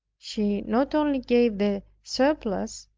she not only gave the surplus,